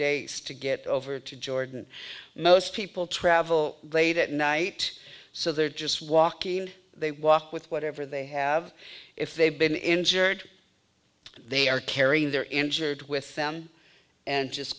days to get over to jordan most people travel late at night so they're just walking they walk with whatever they have if they've been injured they are carrying their injured with them and just